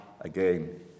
again